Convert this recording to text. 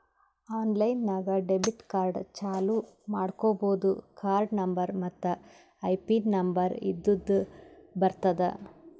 online ನಾಗ್ debit card ಚಾಲೂ ಮಾಡ್ಕೋಬೋದು ಕಾರ್ಡ ನಂಬರ್ ಮತ್ತ್ ಐಪಿನ್ ನಂಬರ್ ಇದ್ದುರ್ ಬರ್ತುದ್